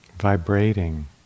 Vibrating